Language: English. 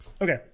Okay